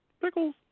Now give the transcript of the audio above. Pickles